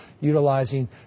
utilizing